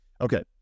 Okay